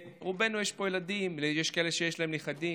לרובנו יש פה ילדים, ויש כאלה שיש להם נכדים: